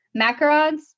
Macarons